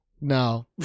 No